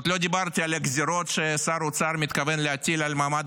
ועוד לא דיברתי על הגזירות ששר האוצר מתכוון להטיל על מעמד